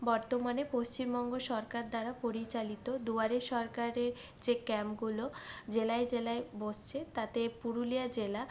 বর্তমানে পশ্চিমবঙ্গ সরকার দ্বারা পরিচালিত দুয়ারে সরকারের যে ক্যাম্পগুলো জেলায় জেলায় বসছে তাতে পুরুলিয়া জেলা